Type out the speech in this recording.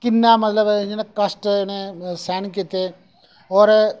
किन्ना मतलब जि'नें कष्ट उनें सैह्न कीते और